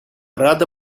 рада